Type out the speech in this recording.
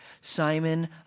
Simon